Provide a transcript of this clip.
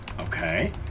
Okay